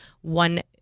one